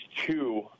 two